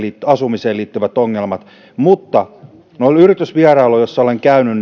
asumiseen liittyvät ongelmat mutta noilla yritysvierailuilla joilla olen käynyt